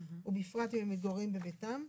ובפרט אם הם מתגוררים בביתם.